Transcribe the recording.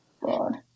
God